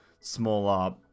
smaller